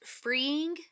freeing